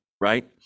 right